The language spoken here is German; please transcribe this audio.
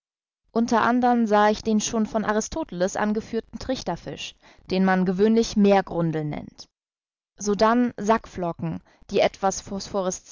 unter andern sah ich den schon von aristoteles angeführten trichterfisch den man gewöhnlich meergrundel nennt sodann sackflossen die etwas